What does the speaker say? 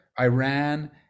iran